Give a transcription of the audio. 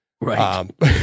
Right